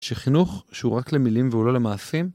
שחינוך שהוא רק למילים והוא לא למעשים